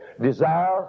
desire